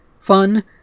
fun